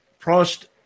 Prost